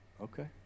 Okay